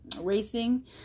racing